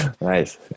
Nice